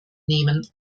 nehmen